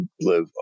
live